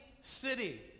city